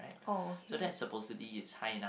oh okay